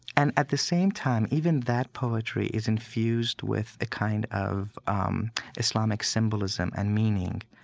and at the same time, even that poetry is infused with a kind of um islamic symbolism and meaning,